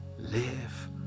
live